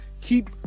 keep